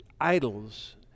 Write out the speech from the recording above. idols